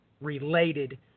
related